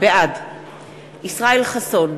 בעד ישראל חסון,